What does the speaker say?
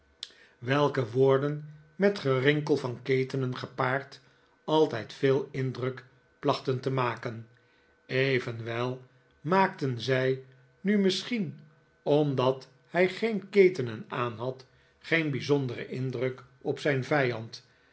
welke woorden met het gerinkel yan ketenen gepaard altijd veel indruk plachten te maken evenwel maakten zij nu misschien omdat hij geen ketenen aanhad geen bijzonderen indruk op zijn vijand